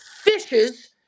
fishes